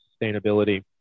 sustainability